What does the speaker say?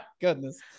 goodness